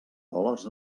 dòlars